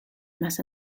más